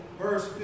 verse